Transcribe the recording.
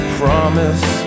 promise